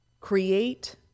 Create